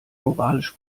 moralisch